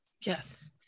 Yes